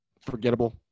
forgettable